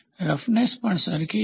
roughness પણ સરખી છે